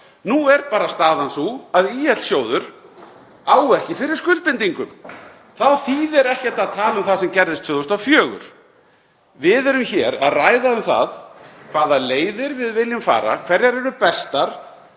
Nú er bara staðan sú að í ÍL-sjóður á ekki fyrir skuldbindingum. Þá þýðir ekkert að tala um það sem gerðist 2004. Við erum hér að ræða um það hvaða leiðir við viljum fara, hverjar eru bestar